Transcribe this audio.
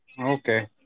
Okay